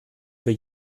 für